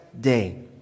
day